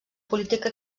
política